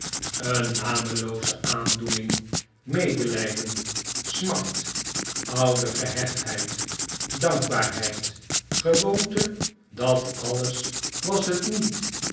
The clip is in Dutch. een namelooze aandoening medelijden smart oude gehechtheid dankbaarheid gewoonte dat alles was het niet